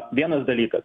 vienas dalykas